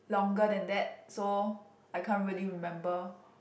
longer than that so I can't really remember